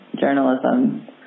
journalism